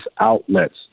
outlets